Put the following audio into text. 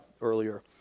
earlier